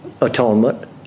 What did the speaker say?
atonement